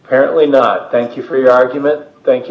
apparently in the thank you for your argument thank you